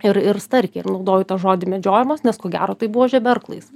ir ir starkiai ir naudoju tą žodį medžiojamos nes ko gero tai buvo žeberklais